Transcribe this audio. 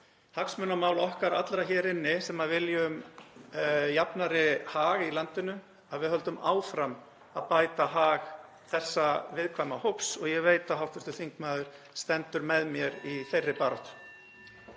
hagsmunamál okkar allra hér inni sem viljum jafnari hag í landinu að við höldum áfram að bæta hag þessa viðkvæma hóps. Og ég veit að hv. þingmaður stendur með mér í þeirri baráttu.